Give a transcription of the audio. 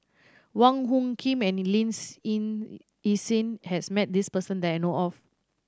Wong Hung Khim and Lin Hsin Hsin has met this person that I know of